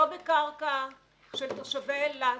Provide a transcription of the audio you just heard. לא בקרקע של תושבי אילת,